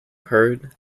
heard